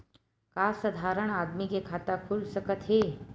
का साधारण आदमी के खाता खुल सकत हे?